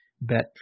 bet